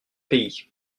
pays